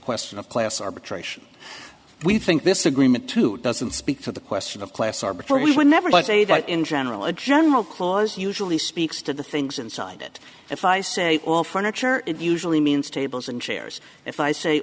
question of class arbitration we think this agreement to doesn't speak to the question of class arbitrary whenever i say that in general a general clause usually speaks to the things inside it if i say all furniture it usually means tables and chairs if i say